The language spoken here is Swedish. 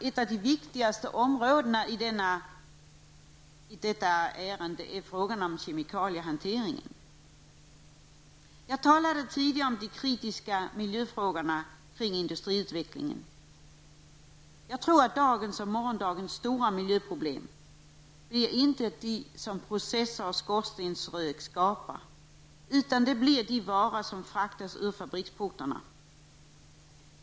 Ett av de viktigaste områdena i detta ärende gäller kemikaliehanteringen. Jag talade tidigare om de kritiska miljöfrågorna kring industriutvecklingen. Jag tror inte att dagens och morgondagens stora miljöproblem blir de som processer och skorstensrök skapar, utan de varor som fraktas ut ur fabriksportarna.